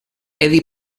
eddie